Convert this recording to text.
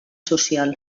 social